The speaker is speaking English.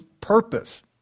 purpose